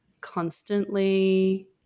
constantly